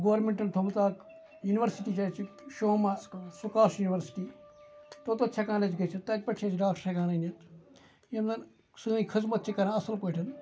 گورمنٹَن تھوومُت اکھ یُنورسٹی چھِ اَسہِ شُہامہ سُکاسٹ یُنورسٹی توٚتَتھ چھِ ہیٚکان أسۍ گٔژھِتھ تَتہِ پیٹھٕ چھِ أسۍ ڈاکٹَر ہیٚکان أنِتھ یِم زَن سٲنۍ خدمَتھ چھِ کَران اَصل پٲٹھۍ